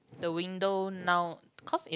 the window now cause it